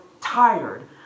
tired